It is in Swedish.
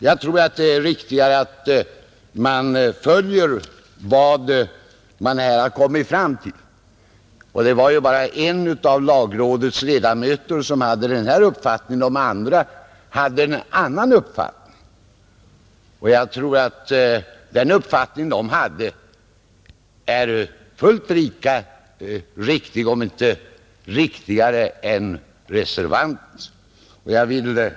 Jag tror att det är riktigare att följa vad utskottet här har kommit fram till. Det var ju också bara en av lagrådets medlemmar som hade samma uppfattning som reservanterna, medan de andra hade en annan uppfattning. Jag tror att utskottsmajoritetens uppfattning är fullt lika riktig som om inte riktigare än reservanternas. Herr talman!